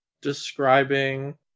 describing